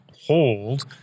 hold